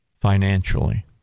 financially